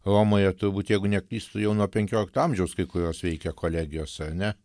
romoje turbūt jeigu neklystu jau nuo penkiolikto amžiaus kai kurios veikia kolegijos ar ne